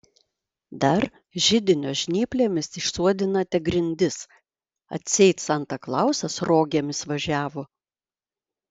dar židinio žnyplėmis išsuodinate grindis atseit santa klausas rogėmis važiavo